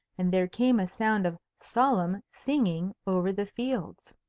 and there came a sound of solemn singing over the fields.